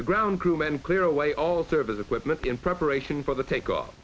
the ground crew men clear away all service equipment in preparation for the takeoff